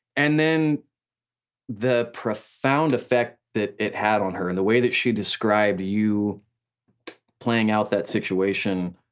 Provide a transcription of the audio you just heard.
and then the profound effect that it had on her, and the way that she described you playing out that situation,